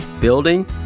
building